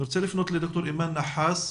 אני רוצה לפנות לד"ר אימאן נחאס,